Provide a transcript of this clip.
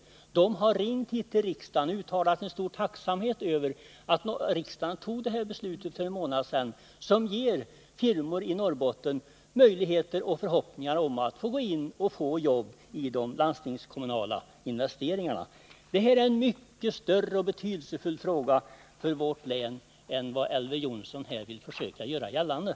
Från sådana firmor har man ringt hit till riksdagen och uttalat stor tacksamhet över att riksdagen fattade det här beslutet för en månad sedan som ger firmor i Norrbotten möjligheter och förhoppningar om att få gå in och erhålla jobb genom de landstingskommunala investeringarna. Den här frågan är mycket större och betydelsefullare för vårt län än Elver Jonsson här vill göra den.